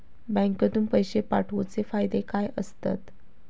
बँकेतून पैशे पाठवूचे फायदे काय असतत?